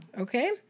Okay